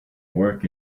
work